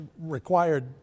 required